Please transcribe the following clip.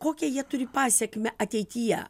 kokią jie turi pasekmę ateityje